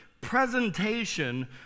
presentation